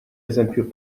eżempju